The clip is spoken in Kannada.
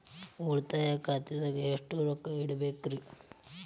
ಉಳಿತಾಯ ಖಾತೆದಾಗ ಎಷ್ಟ ರೊಕ್ಕ ಇಡಬೇಕ್ರಿ?